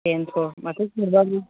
बेनोथ' माथो गुरबाबो